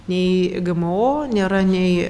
nei gmo nėra nei